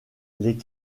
les